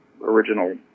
original